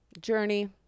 journey